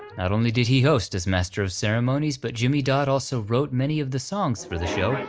not only did he host as master of ceremonies, but jimmie dodd also wrote many of the songs for the show, like